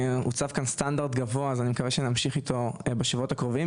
הוצב כאן סטנדרט גבוה ואני מקווה שנמשיך איתו בשבועות הקרובים.